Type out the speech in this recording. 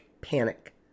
Panic